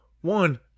One